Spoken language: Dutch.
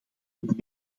het